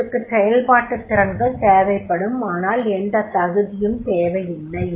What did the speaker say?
அவற்றுக்கு செயல்பாட்டு திறன்கள் தேவைப்படும் ஆனால் எந்த தகுதியும் தேவையில்லை